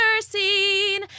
seen